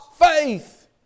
faith